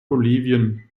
bolivien